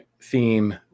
theme